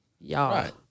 y'all